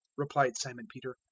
replied simon peter,